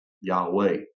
Yahweh